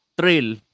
trail